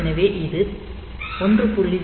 எனவே இது 1